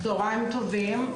צוהריים טובים.